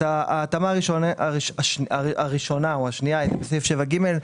ההתאמה הראשונה או השנייה היא בסעיף 7(ג),